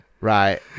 right